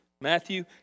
Matthew